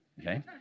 okay